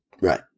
Right